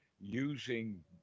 using